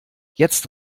jetzt